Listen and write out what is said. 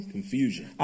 Confusion